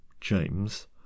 James